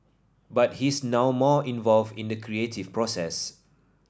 but he's now more involved in the creative process